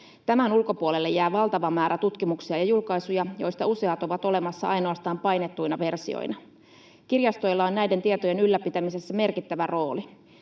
Tämän ulkopuolelle jää valtava määrä tutkimuksia ja julkaisuja, joista useat ovat olemassa ainoastaan painettuina versioina. Kirjastoilla on näiden tietojen ylläpitämisessä merkittävä rooli.